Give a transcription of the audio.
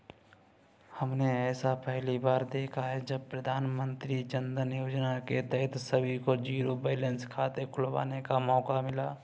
हमने ऐसा पहली बार देखा है जब प्रधानमन्त्री जनधन योजना के तहत सभी को जीरो बैलेंस खाते खुलवाने का मौका मिला